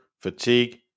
fatigue